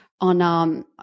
on –